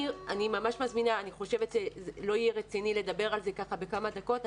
אני חושבת שלא יהיה רציני לדבר על כך בכמה דקות.